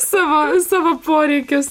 savo savo poreikius